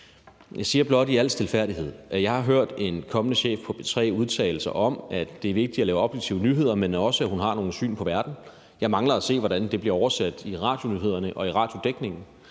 Jeg siger blot i al stilfærdighed, at jeg har hørt en kommende chef på P3 udtale sig om, at det er vigtigt at lave objektive nyheder, men også at hun har nogle syn på verden. Jeg mangler at se, hvordan det bliver oversat i radionyhederne og i radiodækningen.